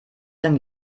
denn